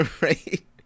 Right